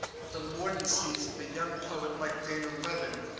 the mordancies of a young poet like danial levin,